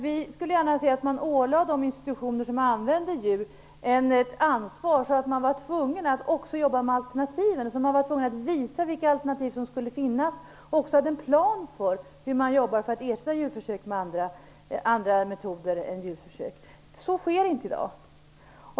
Vi skulle gärna se att de institutioner som använder djur ålades ett ansvar, så att de tvingades att arbeta också med alternativen och visa vilka alternativ som kan finnas samt att de också hade en plan för hur man jobbar för att ersätta djurförsök med andra metoder. Så sker inte i dag.